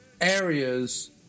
areas